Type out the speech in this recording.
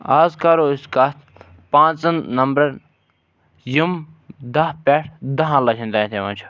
آز کَرو أسۍ کَتھ پانٛژَن نَمبرَن یِم دَہ پؠٹھ دَہَن لَچھن تانۍ یوان چھِ